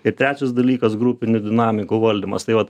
ir trečias dalykas grupinių dinamikų valdymas tai vat